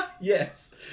Yes